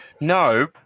No